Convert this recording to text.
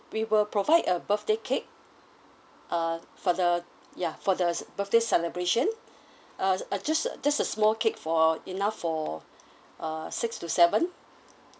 we will provide a birthday cake uh for the ya for the birthday celebration uh uh just a just a small cake for enough for uh six to seven